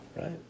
right